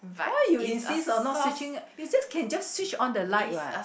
why you insist on not switching you just can just switch on the light what